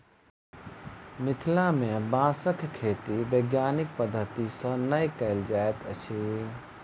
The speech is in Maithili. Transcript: मिथिला मे बाँसक खेती वैज्ञानिक पद्धति सॅ नै कयल जाइत अछि